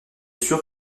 sûr